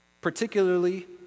particularly